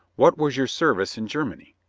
what was your service in germany?